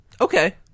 Okay